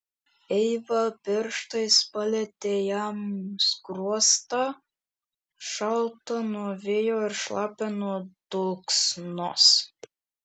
eiva pirštais palietė jam skruostą šaltą nuo vėjo ir šlapią nuo dulksnos